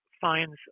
finds